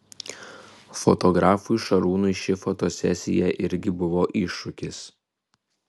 fotografui šarūnui ši fotosesija irgi buvo iššūkis